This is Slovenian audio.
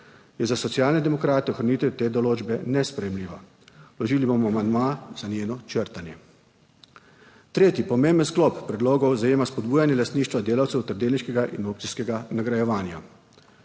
je za Socialne demokrate ohranitev te določbe nesprejemljiva, vložili bomo amandma za njeno črtanje. Tretji pomemben sklop predlogov zajema spodbujanje lastništva delavcev ter delniškega in opcijskega nagrajevanja.